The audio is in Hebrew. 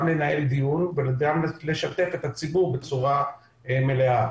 לנהל דיון וגם לשתף את הציבור בצורה מלאה.